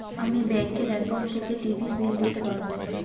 আমি ব্যাঙ্কের একাউন্ট থেকে টিভির বিল দিতে পারবো